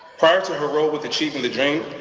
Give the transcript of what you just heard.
prior to her role with achieving the dream,